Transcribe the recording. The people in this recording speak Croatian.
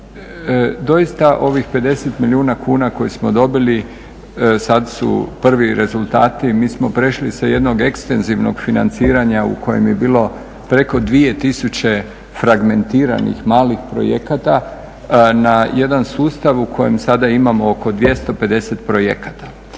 Doista ovih 50 milijuna kuna koje smo dobili sad su prvi rezultati, mi smo prešli sa jednog ekstenzivnog financiranja u kojem je bilo preko 2000 fragmentiranih malih projekata na jedan sustav u kojem sada imamo oko 250 projekata.